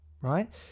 right